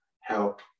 help